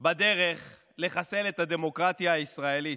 בדרך לחסל את הדמוקרטיה הישראלית.